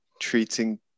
treating